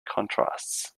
contrasts